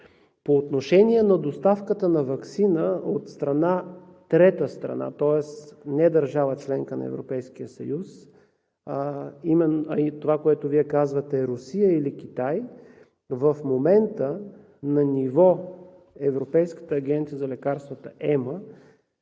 По отношение на доставката на ваксина от трета страна, тоест не държава – членка на Европейския съюз, и това, което Вие казвате: Русия или Китай, в момента на ниво Европейската агенция за лекарствата ЕМА